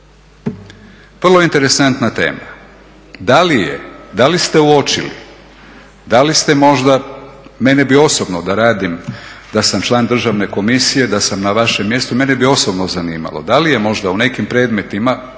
Vrlo interesantna tema, da li je, da li ste uočili, da li ste možda, mene bi osobno da radim da sam član Državne komisije, da sam na vašem mjestu mene bi osobno zanimalo da li je možda u nekim predmetima,